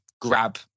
grab